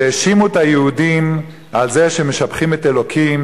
שהאשימו את היהודים על זה שהם משבחים את אלוקים